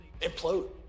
implode